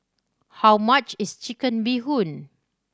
how much is Chicken Bee Hoon